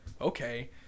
Okay